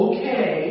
Okay